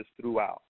throughout